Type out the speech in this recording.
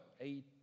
eight